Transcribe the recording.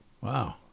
Wow